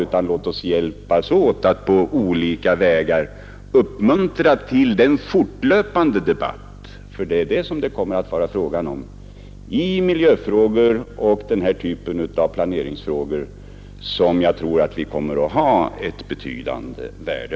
Låt oss i stället hjälpas åt att på olika vägar uppmuntra till den fortlöpande debatt — för det är en sådan det måste bli fråga om — när det gäller miljöfrågor och när det gäller den här typen av planeringsfrågor som är av ett så betydande värde.